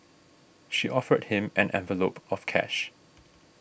she offered him an envelope of cash